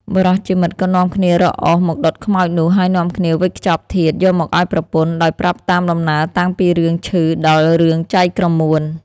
បុរសជាមិត្តក៏នាំគ្នារកអុសមកដុតខ្មោចនោះ ហើយនាំគ្នាវេចខ្ចប់ធាតុយកមកឲ្យប្រពន្ធ ដោយប្រាប់តាមដំណើរតាំងពីរឿងឈឺ ដល់រឿងចែកក្រមួន។